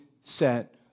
set